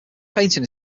painting